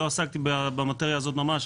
לא עסקתי במטריה הזאת ממש,